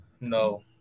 No